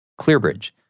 ClearBridge